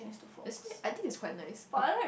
isn't it I think is quite nice